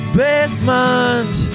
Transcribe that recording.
basement